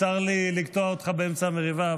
צר לי לקטוע אותך באמצע המריבה,